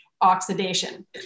oxidation